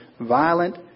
violent